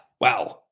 wow